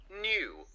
new